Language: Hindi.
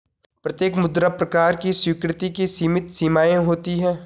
प्रत्येक मुद्रा प्रकार की स्वीकृति की सीमित सीमाएँ होती हैं